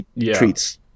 treats